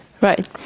Right